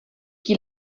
chi